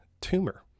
tumor